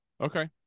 Okay